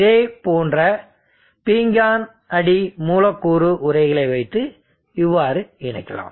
இதைப் போன்ற பீங்கான் அடி மூலக்கூறு உறைகளை வைத்து இவ்வாறு இணைக்கலாம்